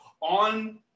on